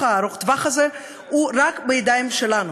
ארוך הטווח הזה הוא רק בידיים שלנו.